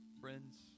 Friends